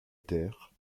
terre